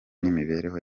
n’imibereho